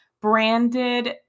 branded